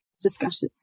discussions